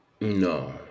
No